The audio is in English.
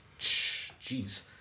jeez